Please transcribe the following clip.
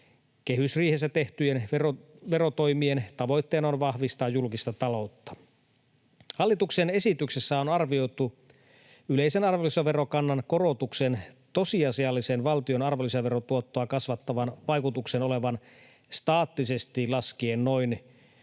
Kehysriihessä tehtyjen verotoimien tavoitteena on vahvistaa julkista taloutta. Hallituksen esityksessä on arvioitu yleisen arvonlisäverokannan korotuksen tosiasiallisen valtion arvonlisäverotuottoa kasvattavan vaikutuksen olevan staattisesti laskien noin 1